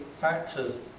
factors